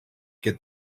get